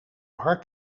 hard